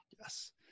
Yes